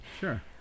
Sure